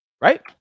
Right